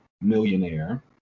millionaire